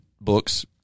books